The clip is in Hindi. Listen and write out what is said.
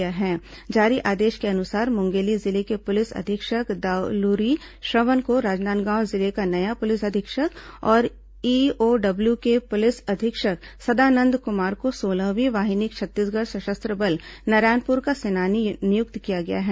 सेवा के चार और राज्य पुलिस सेवा के एक जारी आदेश के अनुसार मुंगेली जिले के पुलिस अधीक्षक दाउलूरी श्रवण को राजनांदगांव जिले का नया पुलिस अधीक्षक और ईओडब्ल्यू के पुलिस अधीक्षक सदानंद कुमार को सोलहवीं वाहिनी छत्तीसगढ़ सशस्त्र बल नारायणपुर का सेनानी नियुक्त किया गया है